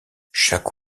chaque